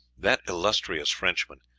that illustrious frenchman,